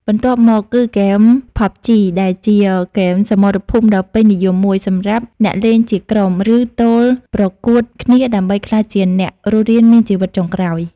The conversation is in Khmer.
បន្ទាប់មក គឺហ្គេមផប់ជី ដែលជាហ្គេមសមរភូមិដ៏ពេញនិយមមួយ សម្រាប់អ្នកលេងជាក្រុម ឬទោលប្រកួតគ្នាដើម្បីក្លាយជាអ្នករស់រានមានជីវិតចុងក្រោយ។